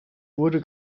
wurde